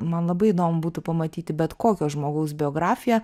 man labai įdomu būtų pamatyti bet kokio žmogaus biografiją